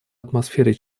атмосфере